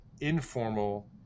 informal